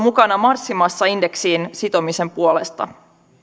mukana marssimassa indeksiin sitomisen puolesta